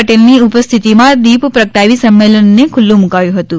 પટેલની ઉપસ્થિતિમાં દીપ પ્રગટાવી સંમેલનને ખુલ્લું મુકાયું હતું